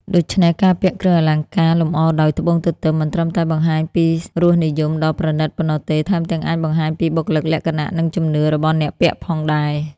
ដូច្នេះ ការពាក់គ្រឿងអលង្ការលម្អដោយត្បូងទទឹមមិនត្រឹមតែបង្ហាញពីរសនិយមដ៏ប្រណិតប៉ុណ្ណោះទេ ថែមទាំងអាចបង្ហាញពីបុគ្គលិកលក្ខណៈ និងជំនឿរបស់អ្នកពាក់ផងដែរ។